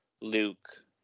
Luke